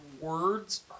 words